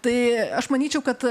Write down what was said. tai aš manyčiau kad